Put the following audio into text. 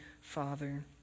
Father